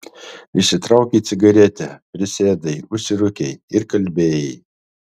išsitraukei cigaretę prisėdai užsirūkei ir kalbėjai